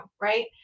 right